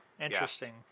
interesting